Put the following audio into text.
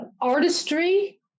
artistry